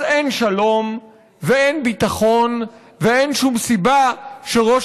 אז אין שלום ואין ביטחון ואין שום סיבה שראש